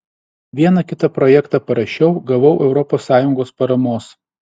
vieną kitą projektą parašiau gavau europos sąjungos paramos